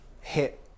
hit